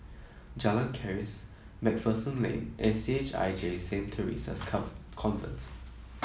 Jalan Keris MacPherson Lane and C H I J Saint Theresa's Convent